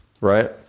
right